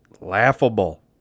laughable